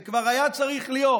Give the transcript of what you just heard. זה כבר היה צריך להיות.